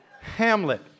Hamlet